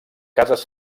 cases